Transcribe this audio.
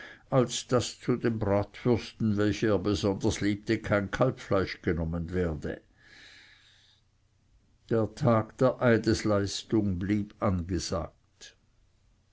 als daß zu den bratwürsten welche er besonders liebte kein kalbfleisch genommen werde der tag der eidesleistung blieb angesagt